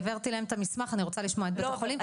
אני העברתי להם את המסמך ואני רוצה לשמוע את בית החולים.